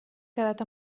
quedat